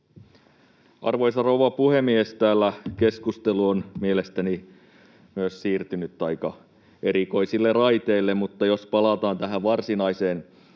Arvoisa rouva puhemies! Täällä keskustelu on mielestäni myös siirtynyt aika erikoisille raiteille, mutta palataan tähän varsinaiseen